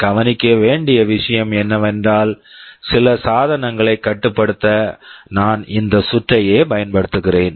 கவனிக்க வேண்டிய விஷயம் என்னவென்றால் சில சாதனங்களைக் கட்டுப்படுத்த நான் இந்த சுற்றையே பயன்படுத்துகிறேன்